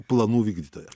planų vykdytoja